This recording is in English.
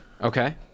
Okay